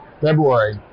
February